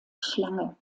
schlange